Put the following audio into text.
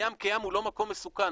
הים כים הוא לא מקום מסוכן,